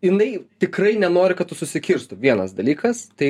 jinai tikrai nenori kad tu susikirstų vienas dalykas tai